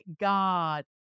God